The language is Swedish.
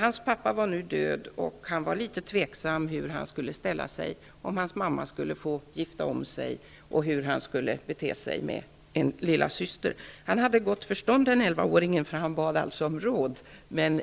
Hans pappa var död, och han var litet tveksam till hur han skulle ställa sig till frågan om hans mamma skulle få gifta om sig och om hur han skulle bete sig med en lillasyster. Han hade gott förstånd den 11 åringen, eftersom han bad om råd.